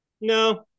No